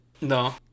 No